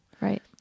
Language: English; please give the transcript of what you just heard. Right